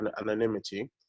anonymity